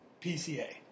PCA